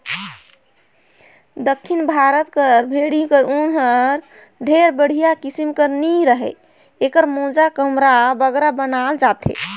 दक्खिन भारत कर भेंड़ी कर ऊन हर ढेर बड़िहा किसिम कर नी रहें एकर मोजा, कमरा बगरा बनाल जाथे